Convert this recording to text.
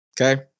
okay